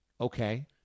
Okay